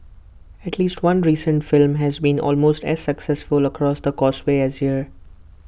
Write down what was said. at least one recent film has been almost as successful across the causeway as here